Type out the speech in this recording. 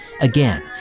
Again